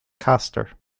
castor